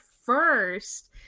first